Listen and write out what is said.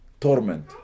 torment